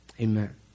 Amen